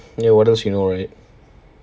ya what else you know about it